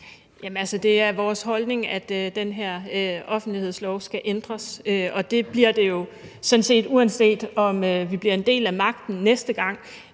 Det er vores holdning, at den her offentlighedslov skal ændres, og det bliver det jo sådan set, uanset om vi bliver en del af magten næste gang.